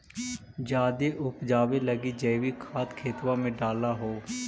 जायदे उपजाबे लगी जैवीक खाद खेतबा मे डाल हो?